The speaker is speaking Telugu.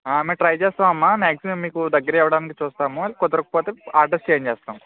ఆ మేం ట్రై చేస్తాం అమ్మా మాక్సిమం మీకు దగ్గరే ఇవ్వడానికి చూస్తాము కుదరకపొతే అడ్రస్ చేంజ్ చేస్తాము